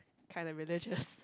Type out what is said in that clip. kinda religious